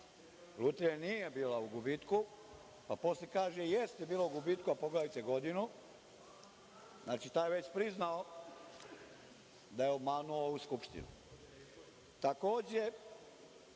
Lutrija nije bila u gubitku, pa posle kaže jeste bila u gubitku, pa pogledajte godinu. Znači, taj je već priznao da je obmanuo ovu Skupštinu. Takođe,